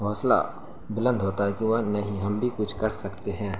حوصلہ بلند ہوتا ہے کہ وہ نہیں ہم بھی کچھ کر سکتے ہیں